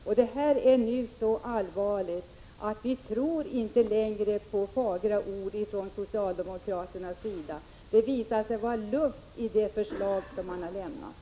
Situationen är nu så allvarlig att vi inte längre tror på fagra ord från socialdemokraterna. Det visade sig vara luft i det förslag de har lämnat.